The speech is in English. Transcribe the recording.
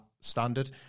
standard